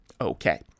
Okay